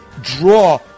draw